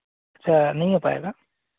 अच्छा नहीं हो पाएगा